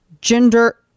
gender